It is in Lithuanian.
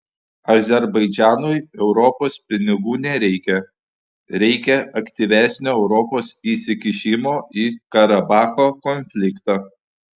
azerbaidžanui europos pinigų nereikia reikia aktyvesnio europos įsikišimo į karabacho konfliktą